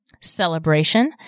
celebration